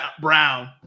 brown